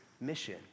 mission